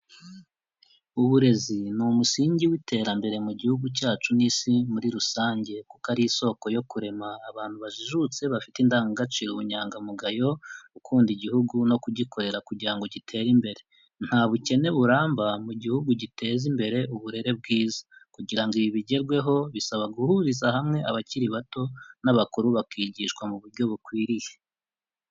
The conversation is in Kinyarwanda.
Uburezi ni umusingi w'iterambere mu gihugu cyacu n'Isi muri rusange kuko ari isoko yo kurema abantu bajijutse bafite indangagaciro, ubunyangamugayo, gukunda igihugu no kugikorera kugira ngo gitere imbere. Nta bukene buramba mu gihugu giteza imbere uburere bwiza kugira ngo ibi bigerweho bisaba guhuriza hamwe abakiri bato n'abakuru bakigishwa mu buryo bukwiriye.